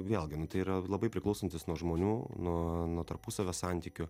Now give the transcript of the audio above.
vėlgi nu tai yra labai priklausantis nuo žmonių nuo nuo tarpusavio santykių